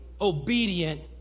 obedient